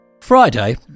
Friday